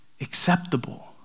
acceptable